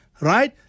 right